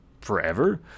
forever